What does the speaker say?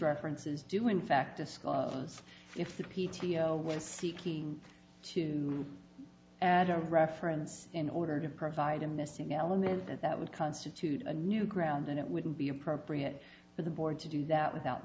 references do in fact discuss if the p t o was seeking to add a reference in order to provide a missing element that would constitute a new ground then it wouldn't be appropriate for the board to do that without